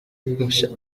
mukashyaka